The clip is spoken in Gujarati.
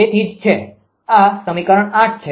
તેથી છે આ સમીકરણ છે